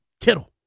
Kittle